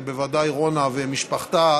ובוודאי רונה ומשפחתה,